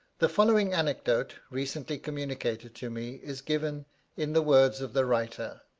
the following anecdote, recently communicated to me, is given in the words of the writer